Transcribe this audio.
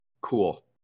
Cool